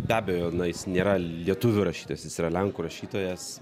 be abejo jis nėra lietuvių rašytojas jis yra lenkų rašytojas